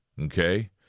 Okay